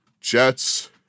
Jets